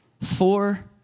four